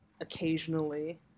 occasionally